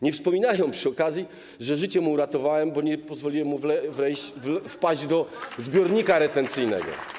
Nie wspominają przy okazji, że życie mu uratowałem, bo nie pozwoliłem mu wpaść do zbiornika retencyjnego.